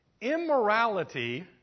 immorality